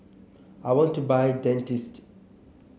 I want to buy Dentiste